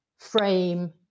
frame